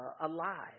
alive